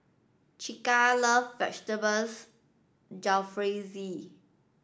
Chaka loves Vegetables Jalfrezi